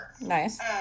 Nice